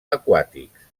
aquàtics